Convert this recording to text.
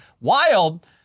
wild